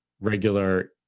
regular